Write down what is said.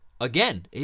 again